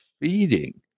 feeding